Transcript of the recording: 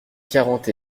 quarante